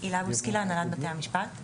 הילה בוסקילה, מהנהלת בתי המשפט.